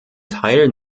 teil